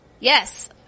Yes